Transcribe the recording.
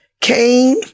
Cain